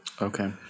Okay